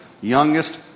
youngest